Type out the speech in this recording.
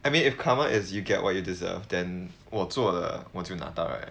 I mean if covered as you get what you deserve then 我做了我就拿到 right